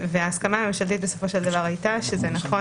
וההסכמה הממשלתית בסופו של דבר הייתה שנכון